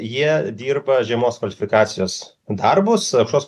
jie dirba žemos kvalifikacijos darbus aukštos